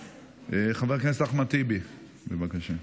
חבר הכנסת אחמד טיבי, בבקשה.